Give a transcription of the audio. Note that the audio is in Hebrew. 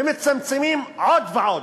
ומצמצמים עוד ועוד.